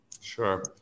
Sure